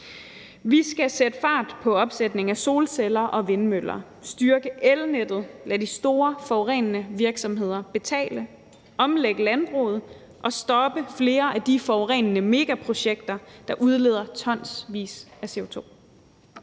Vi skal sætte fart på opsætning af solceller og vindmøller, styrke elnettet, lade de store forurenende virksomheder betale, omlægge landbruget og stoppe flere af de forurenende megaprojekter, der udleder tonsvis af CO2.